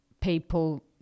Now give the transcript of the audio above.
people